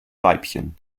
weibchen